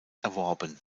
erworben